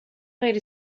غیر